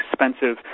expensive